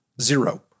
zero